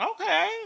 okay